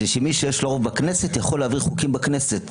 שמי שיש לו רוב בכנסת יכול להעביר חוקים בכנסת.